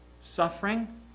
Suffering